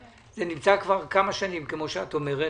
זה נמצא כבר כמה שנים, כמו שאת אומרת.